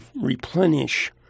replenish